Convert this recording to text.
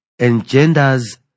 engenders